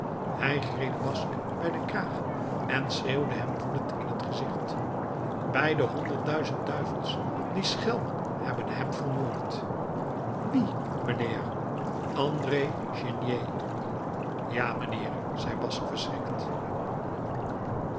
hij greep basque bij den kraag en schreeuwde hem woedend in het gezicht bij de honderd duizend duivels die schelmen hebben hem vermoord wien mijnheer andré chénier ja mijnheer zei basque verschrikt